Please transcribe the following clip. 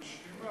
היא משלימה.